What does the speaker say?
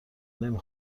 نمی